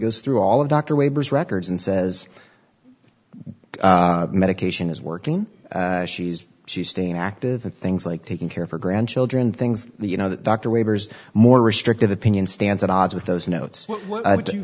goes through all of dr wavers records and says medication is working she's she's staying active and things like taking care of her grandchildren things you know the doctor wavers more restrictive opinion stands at odds with those notes you